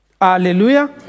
Hallelujah